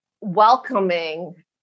welcoming